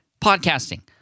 Podcasting